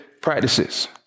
practices